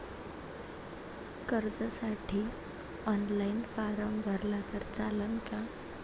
कर्जसाठी online form भरला तर चालन का?